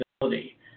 ability